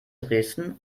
dresden